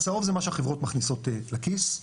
הצהוב זה מה שהחברות מכניסות לכיס,